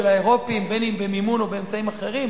האירופים בין אם במימון או באמצעים אחרים,